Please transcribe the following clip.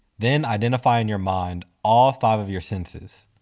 then identify in your mind, all five of your senses.